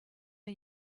are